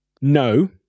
no